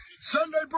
Sunday